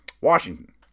Washington